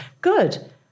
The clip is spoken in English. Good